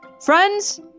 Friends